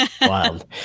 Wild